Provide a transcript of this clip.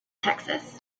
texas